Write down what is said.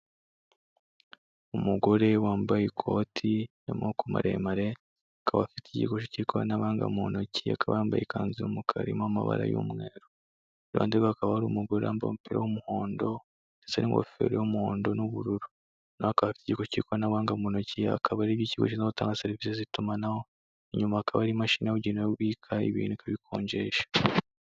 Umugore wambaye ikoti ry'amaboko maremare akaba afite igikoresho cy'ikoranabuhanga mu ntoki,, akaba yambaye ikanzu y'umukara irimo amabara y'umwer; iruhande rwe hakaba hari umugore wambaye umupira w'umuhondo ndetse n'ingofero n'ubururu, na we akaba afite igikoresho cy'ikoranabuhanga mu ntoki, akaba ari ik'ikigo gishinzwe gutanga serivise z'itumanaho; inyuma hakaba hari imashini ibika ibintu ikabikonjesha.